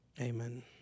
Amen